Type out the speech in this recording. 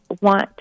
want